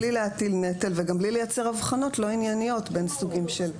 בלי להטיל נטל וגם בלי לייצר הבחנות לא ענייניות בין סוגים של מסגרות.